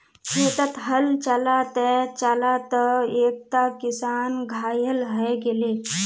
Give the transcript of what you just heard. खेतत हल चला त चला त एकता किसान घायल हय गेले